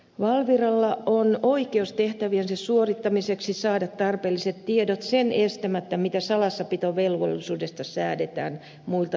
valviralla on oikeus tehtäviensä suorittamiseksi saada tarpeelliset tiedot sen estämättä mitä salassapitovelvollisuudesta säädetään muilta tahoilta